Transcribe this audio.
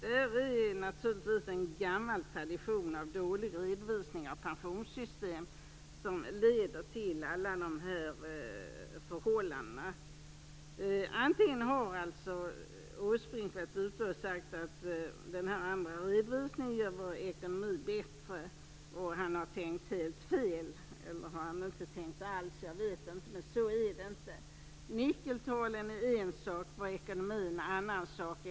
Det är naturligtvis en gammal tradition av dålig redovisning av pensionssystem som leder till alla dessa förhållanden. Åsbrink har sagt att den andra redovisningen gör vår ekonomi bättre. Han har tänkt helt fel, eller så har han inte tänkt alls. Jag vet inte, men så är det inte. Nyckeltalen är en sak, ekonomin en annan sak.